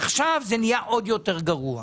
עכשיו זה נהיה עוד יותר גרוע,